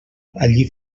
allí